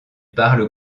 parle